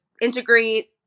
integrate